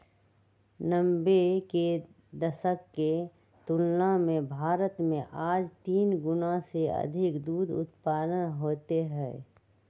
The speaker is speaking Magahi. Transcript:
नब्बे के दशक के तुलना में भारत में आज तीन गुणा से अधिक दूध उत्पादन होते हई